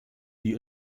die